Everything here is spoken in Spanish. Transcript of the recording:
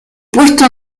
puesto